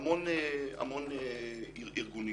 המון ארגונים.